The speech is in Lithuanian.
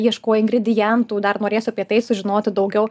ieškojai ingredientų dar norėsiu apie tai sužinoti daugiau